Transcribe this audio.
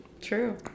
True